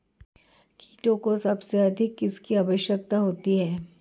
कीटों को सबसे अधिक किसकी आवश्यकता होती है?